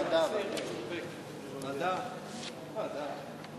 להעביר את הנושא לוועדה שתקבע ועדת הכנסת